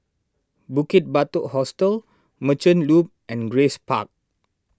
Bukit Batok Hostel Merchant Loop and Grace Park